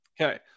Okay